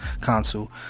console